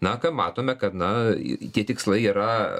na ką matome kad na tie tikslai yra